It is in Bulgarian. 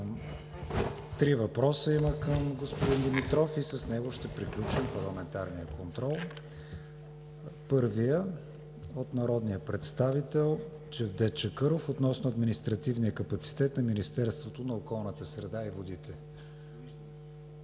Три въпроса има към господин Димитров. С него ще приключим парламентарния контрол. Първият е от народния представител Джевдет Чакъров относно административния капацитет на Министерството на околната среда и водите.